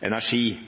energi.